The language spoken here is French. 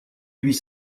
huit